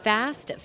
Fast